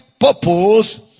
purpose